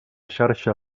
xarxa